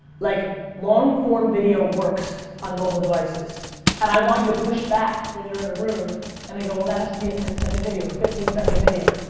like long form video works on mobile devices and i want you to push back when you're in a room and they go that is to be a ten second video or a fifteen second video.